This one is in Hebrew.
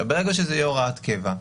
ברגע שזו תהיה הוראת קבע,